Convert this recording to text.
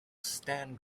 stan